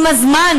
עם הזמן,